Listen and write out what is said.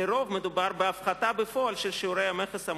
על-פי רוב מדובר בהפחתה בפועל של שיעורי המכס המוטל.